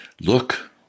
Look